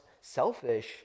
selfish